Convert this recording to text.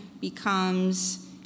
becomes